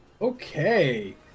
Okay